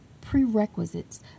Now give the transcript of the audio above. prerequisites